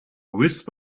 wisp